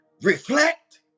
reflect